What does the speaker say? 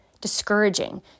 discouraging